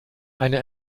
eine